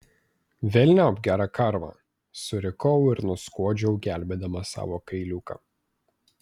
velniop gerą karmą surikau ir nuskuodžiau gelbėdama savo kailiuką